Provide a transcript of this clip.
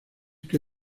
que